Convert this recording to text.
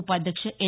उपाध्यक्ष एल